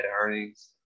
earnings